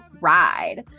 ride